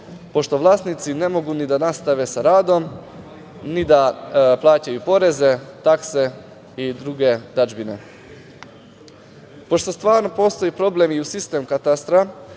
pošto vlasnici ne mogu ni da nastave sa radom, ni da plaćaju poreze, takse i druge dažbine. Pošto stvarno postoji problem i u sistemu katastra,